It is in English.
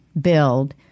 build